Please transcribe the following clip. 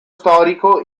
storico